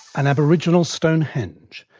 an aboriginal stonehenge,